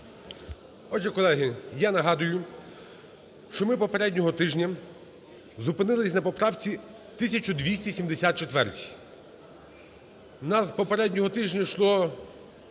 Отже, колеги, я нагадую, що ми попереднього тижня зупинились на поправці 1274. В нас попереднього тижня йшло